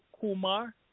Kumar